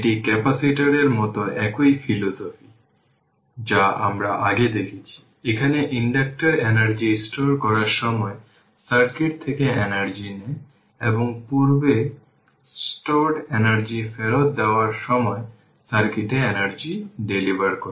এটি ক্যাপাসিটর এর মতো একই ফিলোসফি যা আমরা আগে দেখেছি এখানে ইন্ডাক্টর এনার্জি স্টোর করার সময় সার্কিট থেকে এনার্জি নেয় এবং পূর্বে স্টোরড এনার্জি ফেরত দেওয়ার সময় সার্কিটে এনার্জি ডেলিভার করে